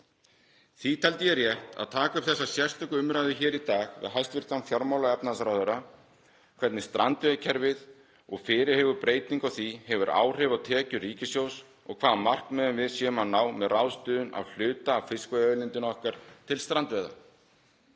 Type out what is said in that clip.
Því taldi ég rétt að taka upp þessa sérstöku umræðu hér í dag við hæstv. fjármála- og efnahagsráðherra um hvernig strandveiðikerfið og fyrirhuguð breyting á því hefur áhrif á tekjur ríkissjóðs og hvaða markmiðum við erum að ná með ráðstöfun á hluta af fiskveiðiauðlindinni okkar til strandveiða.